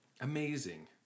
Amazing